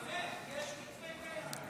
באמת, יש מתווה קיים.